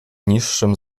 niższym